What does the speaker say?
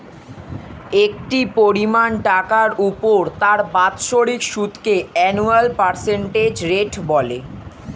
একটি পরিমাণ টাকার উপর তার বাৎসরিক সুদকে অ্যানুয়াল পার্সেন্টেজ রেট বলে